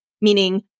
meaning